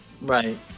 Right